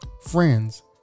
Friends